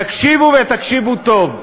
תקשיבו, ותקשיבו טוב,